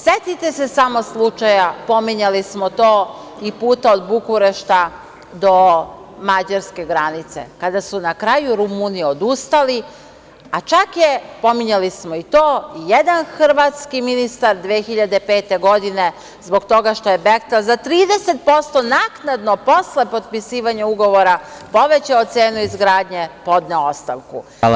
Setite se samo slučaja, pominjali smo to, puta od Bukurešta do Mađarske granice, kada su na kraju Rumuni odustali, a čak je, pominjali smo i to, jedan hrvatski ministar 2005. godine, zbog toga što je „Behtel“ za 30% naknadno posle potpisivanja ugovora povećao cenu izgradnje i podneo ostavku.